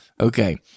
Okay